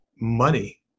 money